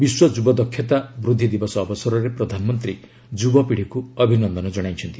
ବିଶ୍ୱ ଯୁବ ଦକ୍ଷତା ବୃଦ୍ଧି ଦିବସ ଅବସରରେ ପ୍ରଧାନମନ୍ତ୍ରୀ ଯୁବପୀଢ଼ିକୁ ଅଭିନନ୍ଦନ ଜଣାଇଛନ୍ତି